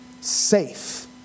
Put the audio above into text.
Safe